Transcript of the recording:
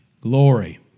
glory